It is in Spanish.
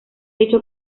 hecho